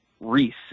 Reese